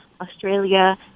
Australia